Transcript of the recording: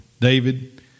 David